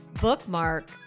bookmark